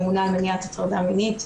ממונה על מניעת הטרדה מינית,